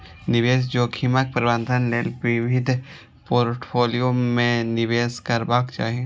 निवेश जोखिमक प्रबंधन लेल विविध पोर्टफोलियो मे निवेश करबाक चाही